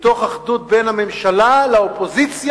מתוך אחדות בין הממשלה לאופוזיציה,